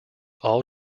all